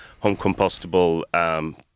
home-compostable